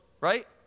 right